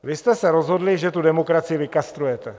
Vy jste se rozhodli, že tu demokracii vykastrujete.